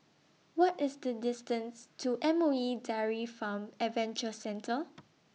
What IS The distance to M O E Dairy Farm Adventure Centre